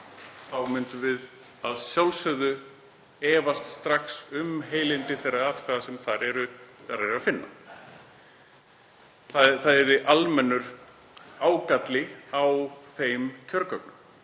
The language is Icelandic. myndum við að sjálfsögðu strax efast um heilindi þeirra atkvæða sem þar væri að finna. Það yrði almennur ágalli á þeim kjörgögnum